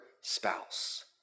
spouse